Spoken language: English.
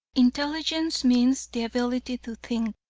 intelligence means the ability to think,